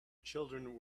children